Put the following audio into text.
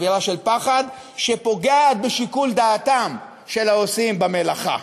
אווירה של פחד שפוגעת בשיקול דעתם של העושים במלאכה,